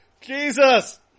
Jesus